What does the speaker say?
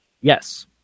Yes